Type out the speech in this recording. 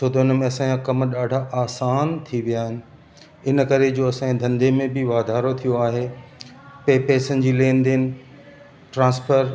छो त हुन में असांजा कमु ॾाढा आसान थी विया आहिनि इन करे जो असांजे धंधे में बि वाधारो थियो आहे पे पेसनि जी लेन देन ट्रांसफर